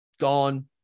gone